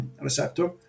Receptor